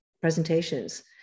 presentations